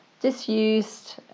disused